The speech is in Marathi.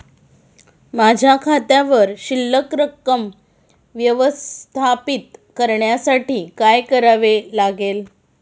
माझ्या खात्यावर शिल्लक रक्कम व्यवस्थापित करण्यासाठी काय करावे लागेल?